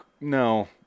no